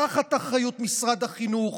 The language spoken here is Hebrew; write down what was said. תחת אחריות משרד החינוך,